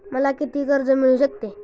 मला किती कर्ज मिळू शकते?